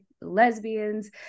lesbians